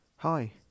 Hi